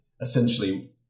essentially